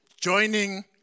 joining